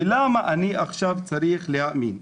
למה אני עכשיו צריך להאמין?